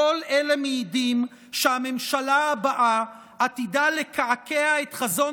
כל אלה מעידים שהממשלה הבאה עתידה לקעקע את חזון